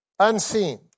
Unseen